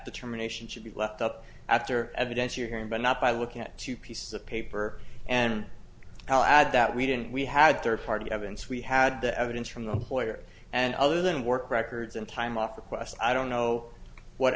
determination should be left up after evidence you're hearing but not by looking at two pieces of paper and i'll add that we didn't we had third party evidence we had the evidence from the employer and other than work records and time off requests i don't know what